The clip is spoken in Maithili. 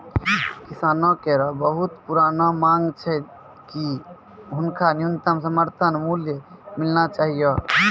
किसानो केरो बहुत पुरानो मांग छै कि हुनका न्यूनतम समर्थन मूल्य मिलना चाहियो